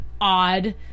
odd